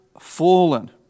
fallen